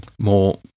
more